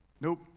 Nope